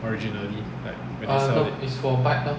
originally like when they sell it